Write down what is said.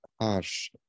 harsh